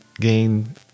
gain